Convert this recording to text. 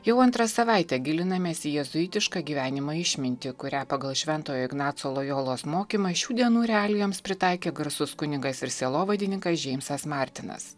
jau antrą savaitę gilinamės į jėzuitišką gyvenimo išmintį kurią pagal šventojo ignaco lojolos mokymą šių dienų realijoms pritaikė garsus kunigas ir sielovadininkas džeimsas martinas